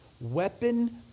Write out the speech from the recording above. weapon